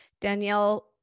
Danielle